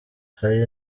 hari